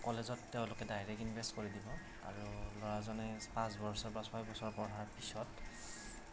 কলেজত তেওঁলোকে direct invest কৰি দিব আৰু ল'ৰাজনে পাচঁ বছৰ বা ছয় বছৰ পঢ়াৰ পিছত